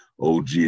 OG